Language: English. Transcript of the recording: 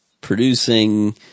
producing